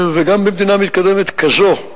וגם במדינה מתקדמת כזו,